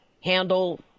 handle